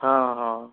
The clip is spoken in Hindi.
हाँ हाँ